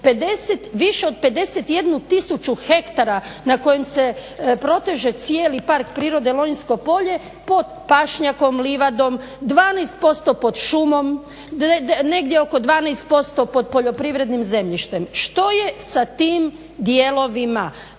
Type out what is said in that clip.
više od 51 tisuću hektara na kojem se proteže Park prirode Lonjsko polje pod pašnjakom, livadom, 12% pod šumom, negdje oko 12% pod poljoprivrednim zemljištem. Što je sa tim dijelovima?